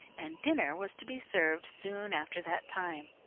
and dinner was to be served soon after that time.